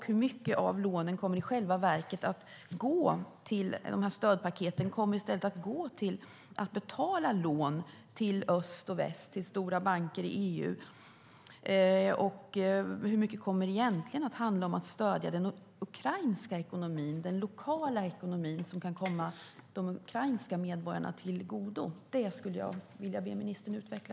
Hur mycket av stödpaketen kommer i stället att gå till att betala lån till öst och väst till stora banker i EU? Och hur mycket kommer egentligen att stödja den lokala ukrainska ekonomin - den som kan komma de ukrainska medborgarna till godo? Det skulle jag vilja be ministern utveckla.